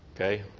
okay